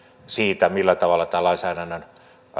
siitä millä tavalla tämä siirto lainsäädännön